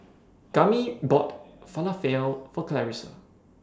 Kami bought Falafel For Clarissa